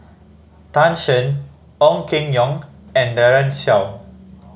Tan Shen Ong Keng Yong and Daren Shiau